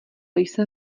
jsem